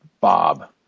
Bob